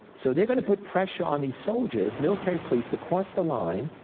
so they're going to put pressure on these soldiers, military police, to cross the line,